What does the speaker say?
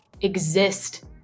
exist